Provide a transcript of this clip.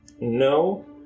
no